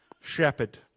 shepherd